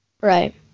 Right